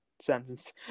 sentence